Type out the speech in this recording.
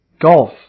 Golf